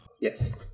Yes